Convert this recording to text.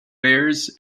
bears